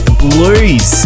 blues